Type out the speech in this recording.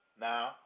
Now